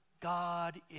God